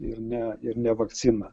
ir ne ir ne vakcina